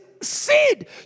seed